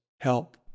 help